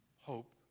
hope